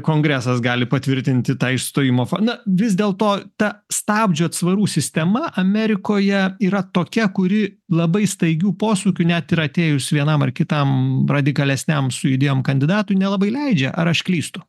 kongresas gali patvirtinti tą išstojimo fo na vis dėlto ta stabdžių atsvarų sistema amerikoje yra tokia kuri labai staigių posūkių net ir atėjus vienam ar kitam radikalesniam su idėjom kandidatui nelabai leidžia ar aš klystu